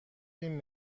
فیلم